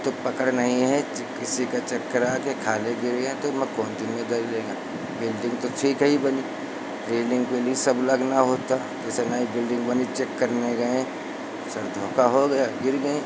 तो पकड़ नहीं है किसी का चक्कर आकर खाले गिर गया तो लेना बिल्डिंग तो ठीक ही बनी रेलिंग वेलिंग सब लगना होता जैसे नई बिल्डिंग बनी चेक करने गए तो सर धोखा हो गया गिर गए